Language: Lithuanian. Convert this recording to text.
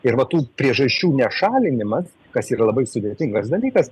ir va tų priežasčių nešalinimas kas yra labai sudėtingas dalykas